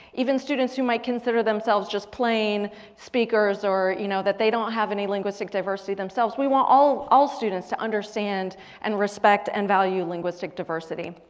even students who might consider themselves just plain speakers. or you know that they don't have any linguistic diversity themselves. we want all all students to understand and respect and value linguistic diversity.